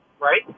right